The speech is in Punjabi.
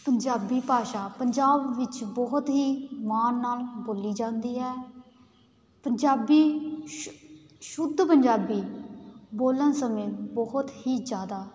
ਪੰਜਾਬੀ ਭਾਸ਼ਾ ਪੰਜਾਬ ਵਿੱਚ ਬਹੁਤ ਹੀ ਮਾਣ ਨਾਲ ਬੋਲੀ ਜਾਂਦੀ ਹੈ ਪੰਜਾਬੀ ਸ਼ੁ ਸ਼ੁੱਧ ਪੰਜਾਬੀ ਬੋਲਣ ਸਮੇਂ ਬਹੁਤ ਹੀ ਜ਼ਿਆਦਾ